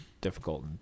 difficult